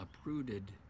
uprooted